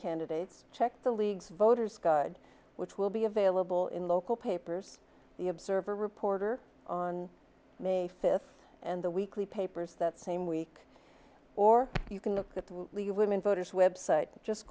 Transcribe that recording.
candidates check the league's voters god which will be available in local papers the observer reporter on may fifth and the weekly papers that same week or you can look at the women voters website just